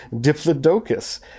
diplodocus